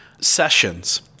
sessions